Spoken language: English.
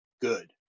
good